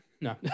No